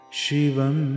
shivam